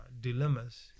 Dilemmas